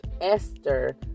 Esther